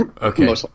Okay